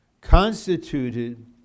constituted